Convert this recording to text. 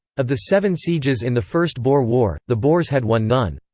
of the seven sieges in the first boer war, the boers had won none.